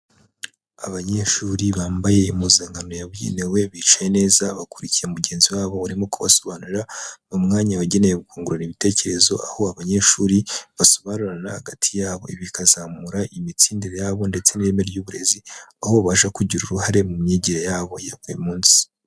Abanyeshuri bambaye impuzankano yabugenewe, bicaye neza bakurikiye mugenzi wabo urimo kubasobanurira, mu mwanya wagenewe kungurana ibitekerezo, aho abanyeshuri basobanurirana hagati yabo, ibi bikazamura imitsindire yabo ndetse n'ireme ry'uburezi, aho babasha kugira uruhare mu myigire yabo ya buri munsi.